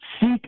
seek